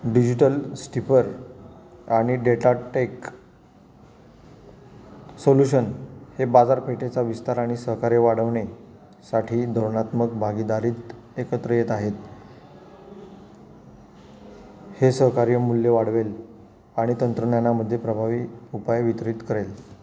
digital स्टिफर आणि Datatech solution हे बाजारपेठेचा विस्तार आणि सहकार्य वाढवणे साठी धोरणात्मक भागीदारीत एकत्र येत आहेत हे सहकार्य मूल्य वाढवेल आणि तंत्रज्ञानामध्ये प्रभावी उपाय वितरित करेल